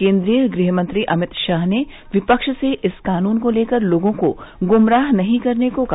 केन्द्रीय गृह मंत्री अमित शाह ने विपक्ष से इस कानून को लेकर लोगों को गुमराह नहीं करने को कहा